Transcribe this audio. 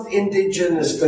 indigenous